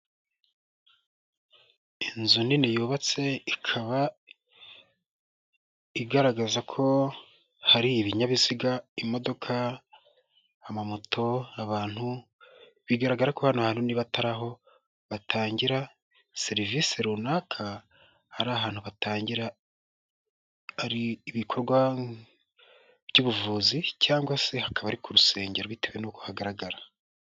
Inzu nini yubatse ikaba igaragaza ko hari ibinyabiziga: imodoka, amamoto, abantu, bigaragara ko hano atari aho batangira serivisi runaka, hari ahantu hatangira ibikorwa by'ubuvuzi cyangwa se hakaba ari ku rusengero bitewe n'uko hagaragara.